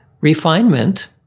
refinement